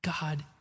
God